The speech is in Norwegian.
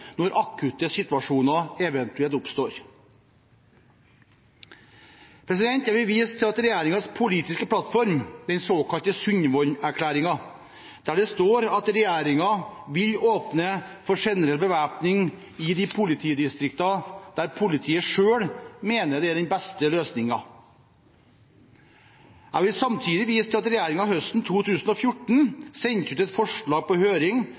når akutte situasjoner eventuelt oppstår. Jeg vil vise til regjeringens politiske plattform, den såkalte Sundvolden-erklæringen, der det står at regjeringen vil åpne for generell bevæpning i de politidistriktene der politiet selv mener det er den beste løsningen. Jeg vil samtidig vise til at regjeringen høsten 2014 sendte et forslag fra justisministeren ut på høring